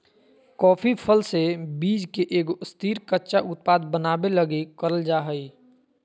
coffee फल से बीज के एगो स्थिर, कच्चा उत्पाद बनाबे लगी करल जा हइ